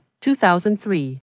2003